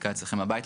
בדיקה אצלכם בבית,